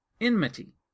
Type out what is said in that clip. enmity